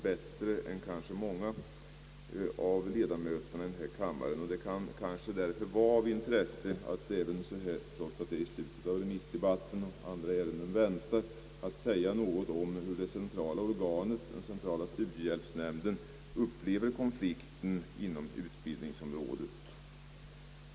Det kan därför kanske vara av intresse att, trots att remissdebatten närmar sig sitt slut och andra ärenden väntar, säga något om hur centrala studiehjälpsnämnden upplever konflikten inom utbildningsområdet.